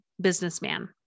businessman